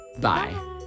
Bye